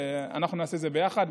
אנחנו נעשה את זה ביחד,